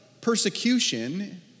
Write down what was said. persecution